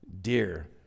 dear